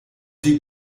die